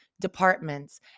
departments